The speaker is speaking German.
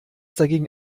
dagegen